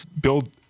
build